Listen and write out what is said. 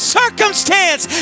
circumstance